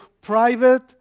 private